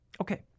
Okay